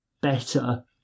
better